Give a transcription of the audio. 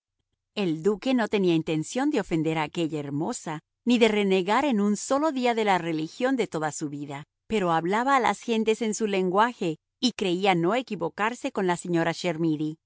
el duque no tenía intención de ofender a aquella hermosa ni de renegar en un solo día de la religión de toda su vida pero hablaba a las gentes en su lenguaje y creía no equivocarse con la señora